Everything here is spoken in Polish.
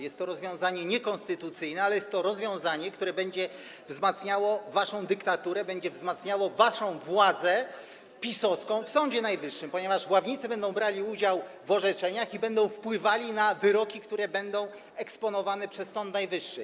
Jest to rozwiązanie niekonstytucyjne, ale jest to rozwiązanie, które będzie wzmacniało waszą dyktaturę, będzie wzmacniało waszą PiS-owską władzę w Sądzie Najwyższym, ponieważ ławnicy będą brali udział w orzekaniu i będą wpływali na wyroki, które będą eksponowane przez Sąd Najwyższy.